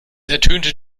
ertönte